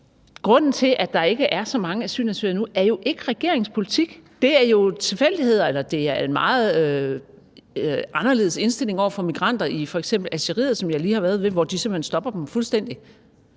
Grunden til, at der ikke er så mange asylansøgere nu, er jo ikke regeringens politik. Det er jo tilfældigheder – eller det er en meget anderledes indstilling over for migranter i f.eks. Algeriet, hvor jeg lige har været, og